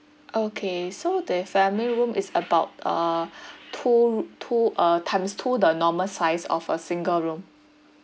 okay so the family room is about uh two roo~ two uh times two the normal size of a single room